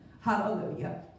Hallelujah